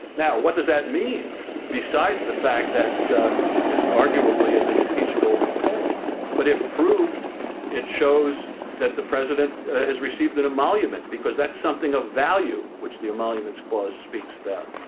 now what does that mean besides the fact that that it arguably is an impeachable offense but if proved it shows that the president has received that emoluments because that's something of value which the emoluments clause speaks about.